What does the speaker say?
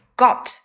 got